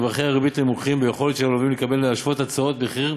במרווחי ריבית נמוכים וביכולת של הלווים לקבל ולהשוות הצעות מחיר